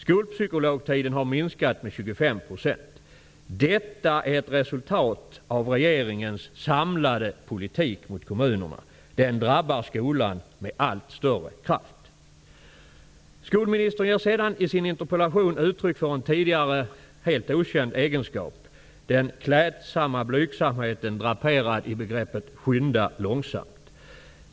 Skolpsykologtiden har minskat med 25 %. Detta är ett resultat av regeringens samlade politik mot kommunerna. Den drabbar skolan med allt större kraft. Skolministern ger sedan i sin interpellation uttryck för en tidigare helt okänd egenskap: den klädsamma blygsamheten, draperad i begreppet ''skynda långsamt''.